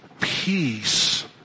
peace